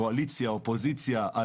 קואליציה, אופוזיציה.